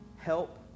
help